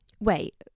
Wait